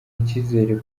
icyizere